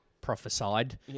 prophesied